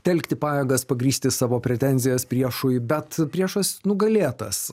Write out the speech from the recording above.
telkti pajėgas pagrįsti savo pretenzijas priešui bet priešas nugalėtas